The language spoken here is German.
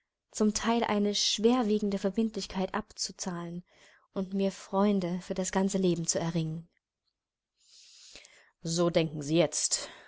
zum teil eine schwerwiegende verbindlichkeit abzuzahlen und mir freunde für das ganze leben zu erringen so denken sie jetzt